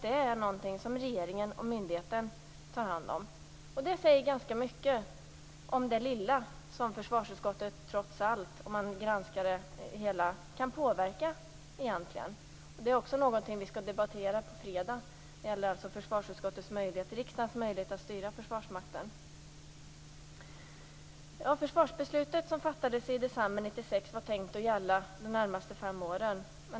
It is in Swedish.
Detta tar regeringen och myndigheten hand om. Det här säger en hel del om hur litet det trots allt är, sett till det hela, som försvarsutskottet egentligen kan påverka. Det är också någonting som vi skall debattera på fredag, dvs. riksdagens möjligheter att styra Försvarsmakten. var tänkt att gälla de närmaste fem åren.